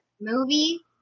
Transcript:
movie